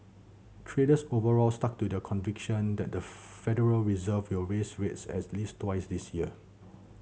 traders overall stuck to their conviction that the Federal Reserve will raise rates as least twice this year